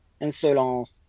insolence